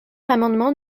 l’amendement